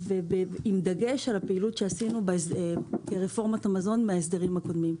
עם דגש על הפעילות שעשינו ברפורמת המזון בהסדרים הקודמים.